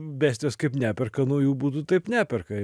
bestijos kaip neperka naujų butų taip neperka